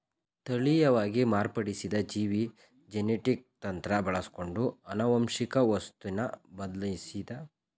ತಳೀಯವಾಗಿ ಮಾರ್ಪಡಿಸಿದ ಜೀವಿ ಜೆನೆಟಿಕ್ ತಂತ್ರ ಬಳಸ್ಕೊಂಡು ಆನುವಂಶಿಕ ವಸ್ತುನ ಬದ್ಲಾಯ್ಸಿದ ಜೀವಿಯಾಗಯ್ತೆ